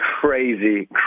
crazy